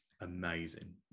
amazing